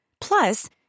Plus